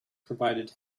provided